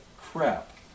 crap